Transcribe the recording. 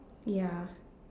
ya